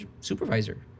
supervisor